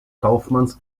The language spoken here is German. kaufmanns